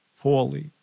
poorly